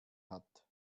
hat